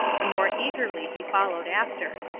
the more eagerly he followed after.